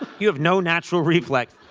you have no natural reflex.